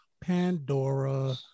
Pandora